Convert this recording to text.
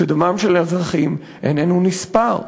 שדמם של אזרחים אינו נספר,